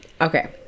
okay